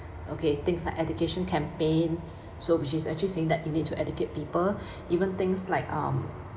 okay things like education campaign so which is actually saying that you need to educate people even things like um